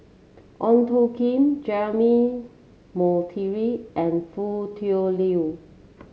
Ong Tjoe Kim Jeremy Monteiro and Foo Tui Liew